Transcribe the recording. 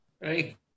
Right